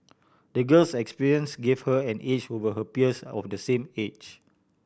the girl's experience gave her an edge over her peers of the same age